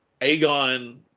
Aegon